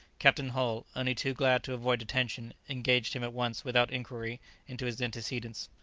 captain hull, only too glad to avoid detention, engaged him at once without inquiry into his antecedents.